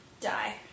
die